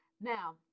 now